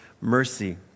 mercy